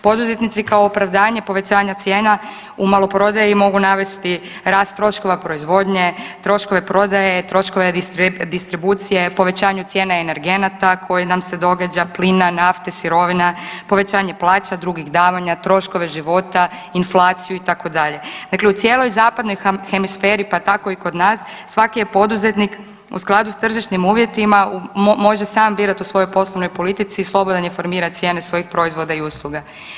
Poduzetnici kao opravdanje povećanja cijena u maloprodaji mogu navesti rast troškova proizvodnje, troškove prodaje, troškove distribucije, povećanje cijena energenata koji nam se događa, plina, nafte, sirovina, povećanje plaća, drugih davanja, troškove života, inflaciju, itd., dakle u cijeloj zapadnoj hemisferi, pa tako i kod nas, svaki je poduzetnik u skladu s tržišnim uvjetima može sam birati u svojoj poslovnoj politici i slobodan je formirati cijene svojih proizvoda i usluga.